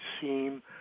seem